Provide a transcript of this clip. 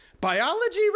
Biology